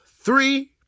three